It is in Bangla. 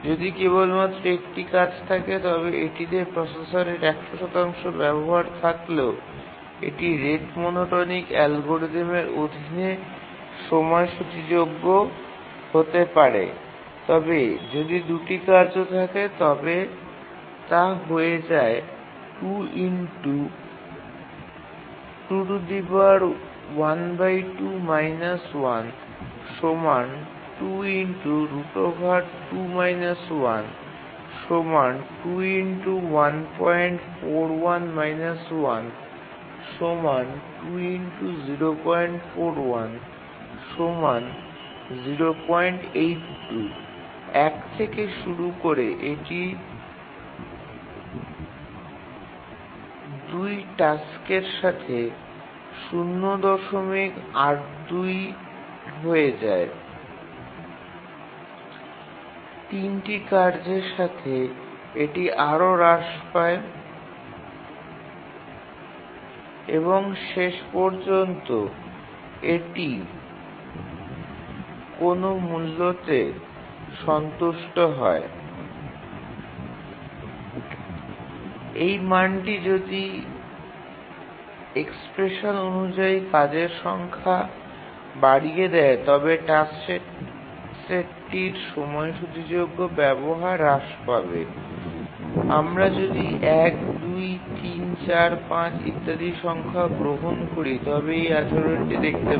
যদি কেবলমাত্র ১ টি কাজ থাকে তবে এটিতে প্রসেসরের ১০০ ব্যবহার থাকলেও এটি রেট মনোটোনিক অ্যালগরিদমের অধীনে সময়সূচীযোগ্য হতে পারে তবে যদি ২ টি কার্য থাকে তবে তা হয়ে যায় 2 2 1 2 − 1 2 2 − 1 2 1 41 − 1 আমরা যদি ১ ২ ৩ ৪ ৫ ইত্যাদি সংখ্যা গ্রহণ করি তবে এই আচরণটি দেখতে পাব